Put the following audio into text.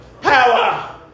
power